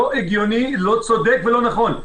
לא הגיוני, לא צודק ולא נכון.